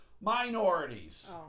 Minorities